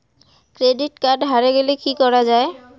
Credit card হারে গেলে কি করা য়ায়?